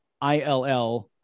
I-L-L